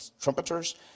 trumpeters